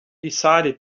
decided